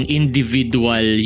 individual